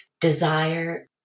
desire